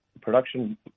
production